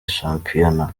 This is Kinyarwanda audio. shampiyona